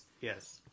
Yes